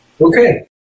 Okay